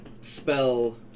spell